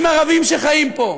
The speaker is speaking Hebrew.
עם ערבים שחיים פה.